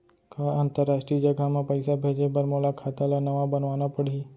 का अंतरराष्ट्रीय जगह म पइसा भेजे बर मोला खाता ल नवा बनवाना पड़ही?